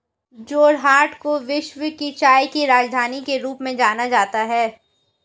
जोरहाट को विश्व की चाय की राजधानी के रूप में जाना जाता है